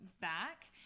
back